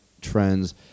trends